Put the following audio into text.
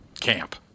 camp